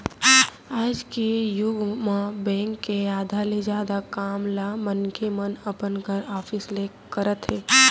आज के जुग म बेंक के आधा ले जादा काम ल मनखे मन अपन घर, ऑफिस ले करत हे